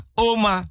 oma